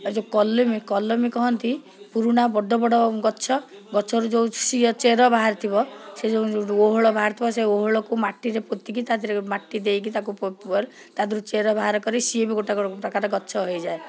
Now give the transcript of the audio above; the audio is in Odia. ଆଉ ଯେଉଁ କଲମି କଲମି କହନ୍ତି ପୁରୁଣା ବଡ଼ବଡ଼ ଗଛ ଗଛରୁ ଯେଉଁ ସିଏ ଚେର ବାହାରିଥିବ ସେ ଯୋଉ ଓହଳ ବାହାରିଥିବ ଓହଳକୁ ମାଟିରେ ପୋତିକି ତା ଦେହରେ ମାଟି ଦେଇକି ତାକୁ ପ୍ରପର୍ ତା ଦେହରୁ ଚେର ବାହାର କରିକି ସିଏ ବି ଗୋଟେ ଗୋଟାକର ଗଛ ହେଇଯାଏ